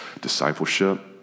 Discipleship